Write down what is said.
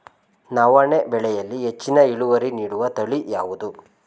ನವಣೆ ಬೆಳೆಯಲ್ಲಿ ಹೆಚ್ಚಿನ ಇಳುವರಿ ನೀಡುವ ತಳಿ ಯಾವುದು?